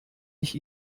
ich